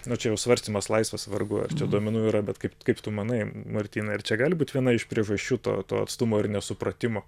na čia jau svarstymas laisvas vargu ar čia duomenų yra bet kaip kaip tu manai martynai ar čia gali būti viena iš priežasčių to to atstumo ir nesupratimo